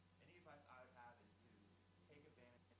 any advice i have is to take advantage